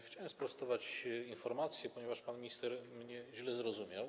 Chciałem sprostować informację, ponieważ pan minister źle mnie zrozumiał.